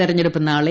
തെരഞ്ഞെടുപ്പ് നാളെ